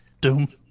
Doom